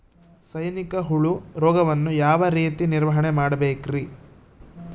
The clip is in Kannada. ಸೈನಿಕ ಹುಳು ರೋಗವನ್ನು ಯಾವ ರೇತಿ ನಿರ್ವಹಣೆ ಮಾಡಬೇಕ್ರಿ?